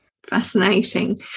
Fascinating